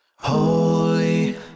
Holy